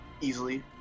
easily